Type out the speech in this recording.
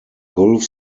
gulf